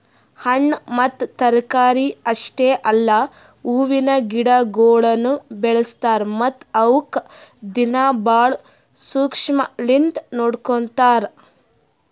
ಹಣ್ಣ ಮತ್ತ ತರಕಾರಿ ಅಷ್ಟೆ ಅಲ್ಲಾ ಹೂವಿನ ಗಿಡಗೊಳನು ಬೆಳಸ್ತಾರ್ ಮತ್ತ ಅವುಕ್ ದಿನ್ನಾ ಭಾಳ ಶುಕ್ಷ್ಮಲಿಂತ್ ನೋಡ್ಕೋತಾರ್